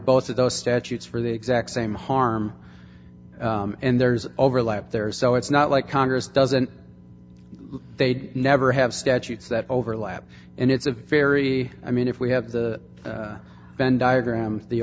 both of those statutes for the exact same harm and there's overlap there so it's not like congress doesn't they'd never have statutes that overlap and it's a very i mean if we have the bend diagram the